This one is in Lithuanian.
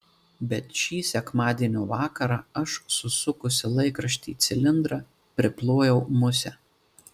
bet šį sekmadienio vakarą aš susukusi laikraštį į cilindrą priplojau musę